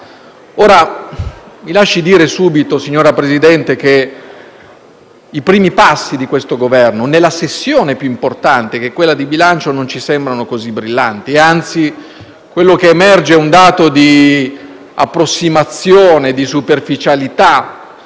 Mi lasci dire subito, signor Presidente, che i primi passi di questo Governo nella sessione più importante, che è quella di bilancio, non ci sembrano così brillanti; anzi, quello che emerge è un dato di approssimazione, di superficialità